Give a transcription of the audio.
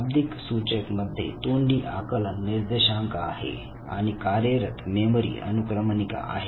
शाब्दिक सूचक मध्ये तोंडी आकलन निर्देशांक आहे आणि कार्यरत मेमरी अनुक्रमणिका आहे